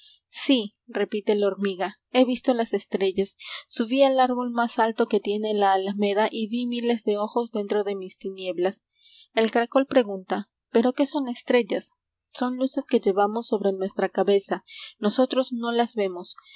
repite la hormiga he visto las estrellas subí al árbol más alto que tiene la alameda y vi miles de ojos dentro de mis tinieblas el caracol pregunta pero qué son estrellas son luces que llevamos sobre nuestra cabeza nosotras no las vemos